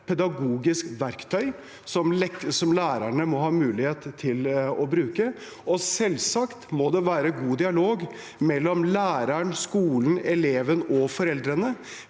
pedagogisk verktøy som lærerne må ha mulighet til å bruke. Selvsagt må det være god dialog mellom læreren, skolen, eleven og foreldrene.